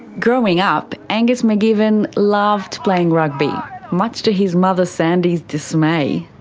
growing up, angus mcgivern loved playing rugby, much to his mother sandy's dismay.